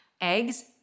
Eggs